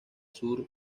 sur